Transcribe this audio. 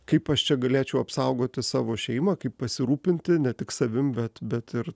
kaip aš čia galėčiau apsaugoti savo šeimą kaip pasirūpinti ne tik savim bet bet ir